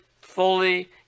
fully